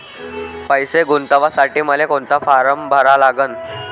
पैसे गुंतवासाठी मले कोंता फारम भरा लागन?